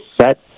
set